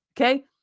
okay